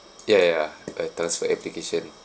ya ya ya like tonnes of application